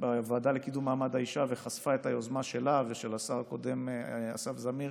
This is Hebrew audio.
בוועדה לקידום מעמד האישה וחשפה את היוזמה שלה ושל השר הקודם אסף זמיר